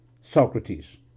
Socrates